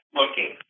looking